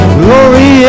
glory